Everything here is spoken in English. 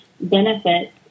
benefits